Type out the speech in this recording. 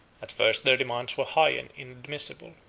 at first their demands were high and inadmissible,